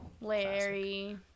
Larry